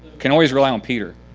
can always rely on peter.